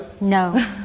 No